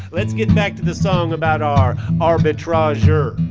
let's get back to the song about our arbitrager.